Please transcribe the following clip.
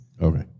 okay